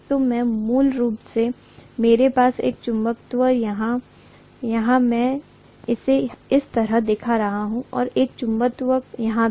तो मैं मूल रूप से मेरे पास एक चुंबक यहाँ है मैं इसे इस तरह दिखा रहा हूं और एक चुंबक यहां भी